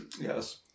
Yes